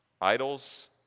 idols